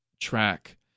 track